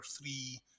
three